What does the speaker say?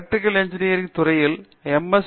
electrical engineering துறையில் M